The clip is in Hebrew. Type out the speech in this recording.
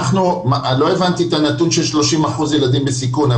לא הבנתי את הנתון של 30% ילדים בסיכון.